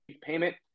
payment